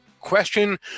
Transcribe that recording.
question